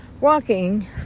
walking